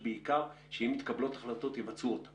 כי יש כאן פער שמבחינה כלכלית שווה להיכנס אליו.